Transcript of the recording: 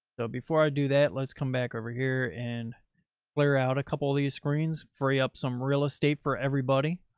so before i do that, let's come back over here and clear out a couple of these screens, free up some real estate for everybody.